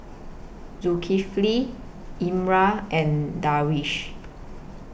Zulkifli Imran and Darwish